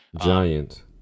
Giant